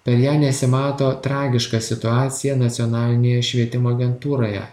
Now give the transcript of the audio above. per ją nesimato tragiška situacija nacionalinėje švietimo agentūroje